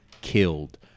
killed